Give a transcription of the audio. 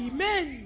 Amen